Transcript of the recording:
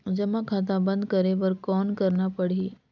जमा खाता बंद करे बर कौन करना पड़ही?